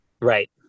Right